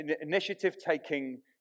initiative-taking